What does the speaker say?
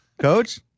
Coach